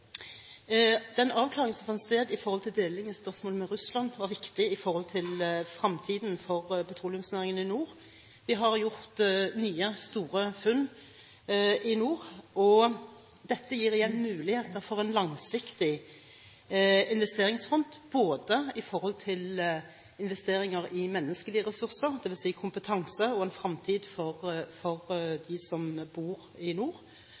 Den avklaringen som fant sted om delelinjespørsmålet med Russland, var viktig for fremtiden for petroleumsnæringen i nord. Vi har gjort nye, store funn i nord, og dette gir igjen muligheter for en langsiktig investeringsfront når det gjelder investeringer i menneskelige ressurser – det vil si kompetanse og en fremtid for dem som bor i nord